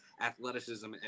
athleticism